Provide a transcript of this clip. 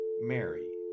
Mary